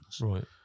Right